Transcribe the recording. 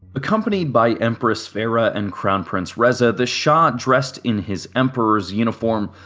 accompanied by empress farah and crown prince reza, the shah, dressed in his emperor's uniform,